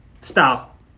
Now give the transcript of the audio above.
stop